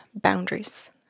Boundaries